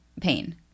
pain